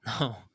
No